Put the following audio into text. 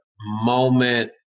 moment